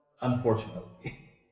unfortunately